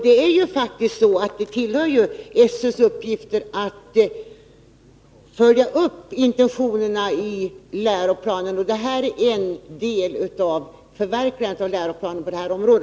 Det tillhör faktiskt SÖ:s uppgifter att följa upp intentionerna i läroplanen, och detta är en del av förverkligandet av läroplanen på detta område.